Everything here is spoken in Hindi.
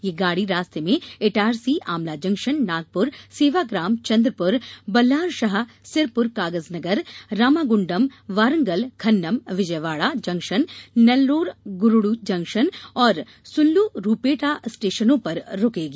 ये गाड़ी रास्ते में Itarsi Amla junction Nagpur Sevagram Chandrapur Ballarshah Sirpur Kagaznagar Ramagundam Warangal Khammam Vijayawada junction Nellore Gudur junction और सुल्लुरूपेटा स्टेशनों पर रुकेगी